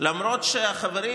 למרות שחברים,